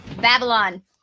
Babylon